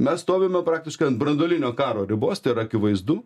mes stovime praktiškai ant branduolinio karo ribos tai yra akivaizdu